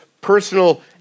personal